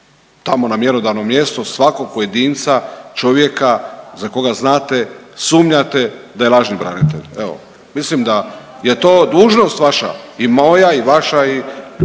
tamo na mjerodavnom mjestu svakog pojedinca, čovjeka za koga znate, sumnjate da je lažni branitelj. Evo mislim da je to dužnost vaša. I moja, i vaša i